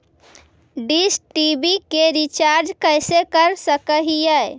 Dish TV के recharge कैसे कर सक हिय?